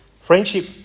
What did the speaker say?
Friendship